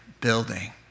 building